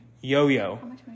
yo-yo